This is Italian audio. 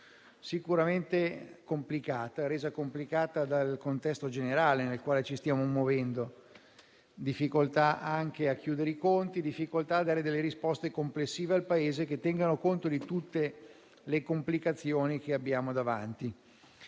sicuramente complessa e resa complicata dal contesto generale nel quale ci stiamo muovendo. Difficoltà anche a chiudere i conti, difficoltà a dare delle risposte complessive al Paese, che tengano conto di tutte le complicazioni che abbiamo davanti.